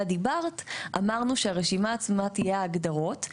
דיברת אמרנו שהרשימה עצמה תהיה ההגדרות.